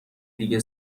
دیگه